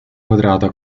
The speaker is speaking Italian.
quadrata